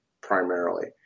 primarily